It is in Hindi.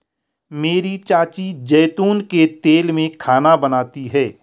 मेरी चाची जैतून के तेल में खाना बनाती है